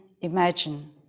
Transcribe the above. imagine